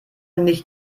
nicht